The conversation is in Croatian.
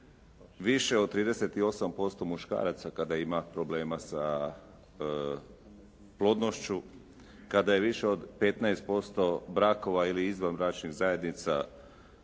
više od 38% muškaraca kada ima problema sa plodnošću, kada je više od 15% brakova ili izvanbračnih zajednica kada